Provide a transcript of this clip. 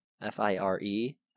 F-I-R-E